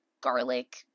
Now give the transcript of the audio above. garlic